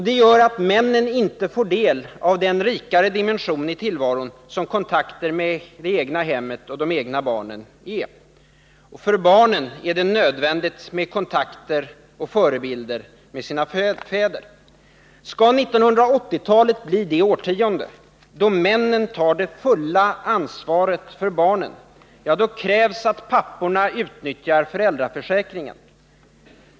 Det gör att männen inte får del av den rikare dimension i tillvaron som kontakter med det egna hemmet och de egna barnen ger. För barnen är det nödvändigt att ha kontakter med och förebilder i sina fäder. Skall 1980-talet bli det årtionde då männen tar det fulla ansvaret för barnen, då krävs att papporna utnyttjar föräldraförsäkringen.